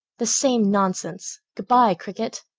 the same nonsense. good-by, cricket.